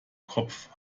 kopf